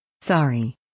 Sorry